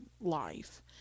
life